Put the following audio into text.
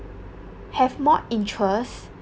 have more interest